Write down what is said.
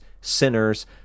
sinners